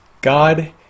God